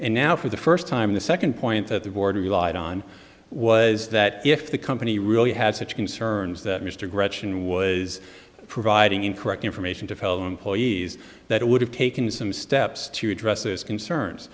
and now for the first time the second point that the board relied on was that if the company really had such concerns that mr gretchen was providing incorrect information to fellow employees that it would have taken some steps to address those concerns